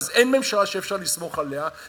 אין ממשלה שאפשר לסמוך עליה,